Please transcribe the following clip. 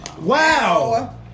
Wow